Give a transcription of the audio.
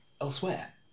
elsewhere